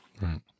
Right